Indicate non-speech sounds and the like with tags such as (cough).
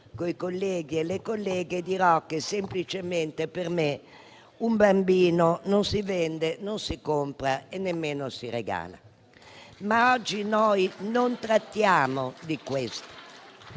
coi colleghi e le colleghe - dirò semplicemente che per me un bambino non si vende, non si compra e nemmeno si regala. (applause) Oggi però non trattiamo di questo.